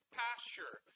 pasture